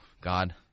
God